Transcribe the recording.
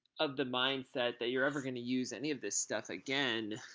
of the mindset that you're ever going to use any of this stuff again,